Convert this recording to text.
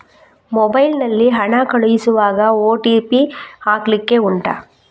mobile ನಲ್ಲಿ ಹಣ ಕಳಿಸುವಾಗ ಓ.ಟಿ.ಪಿ ಹಾಕ್ಲಿಕ್ಕೆ ಉಂಟಾ